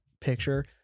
picture